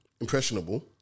impressionable